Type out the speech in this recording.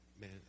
man